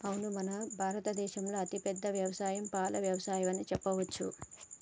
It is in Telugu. అవును మన భారత దేసంలో అతిపెద్ద యవసాయం పాల యవసాయం అని చెప్పవచ్చు